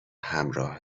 همراه